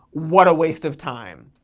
what a waste of time.